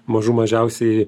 mažų mažiausiai